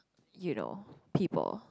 you know people